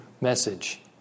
message